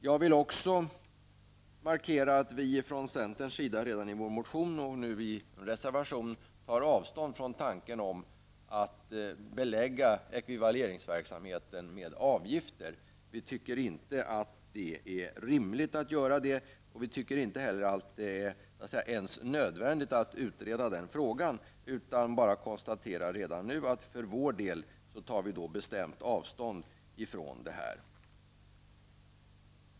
Jag vill också markera att vi från centerns sida redan i vår motion och nu i reservation tar avstånd från tanken på att belägga ekvivaleringsverksamheten med avgifter. Vi tycker inte att det är rimligt att göra det. Vi tycker inte heller att det ens är nödvändigt att utreda den frågan. Vi konstaterar redan nu att vi för vår del tar bestämt avstånd från det här.